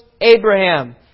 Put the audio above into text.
Abraham